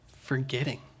forgetting